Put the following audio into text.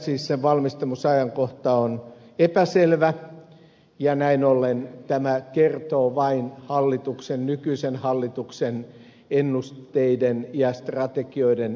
siis sen valmistumisajankohta on epäselvä ja näin ollen tämä kertoo vain nykyisen hallituksen ennusteiden ja strategioiden täsmällisyydestä